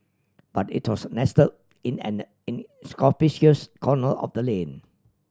but it was nestle in an corner of the lane